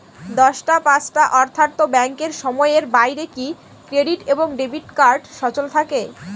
দশটা পাঁচটা অর্থ্যাত ব্যাংকের সময়ের বাইরে কি ক্রেডিট এবং ডেবিট কার্ড সচল থাকে?